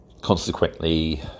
consequently